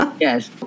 Yes